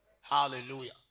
Hallelujah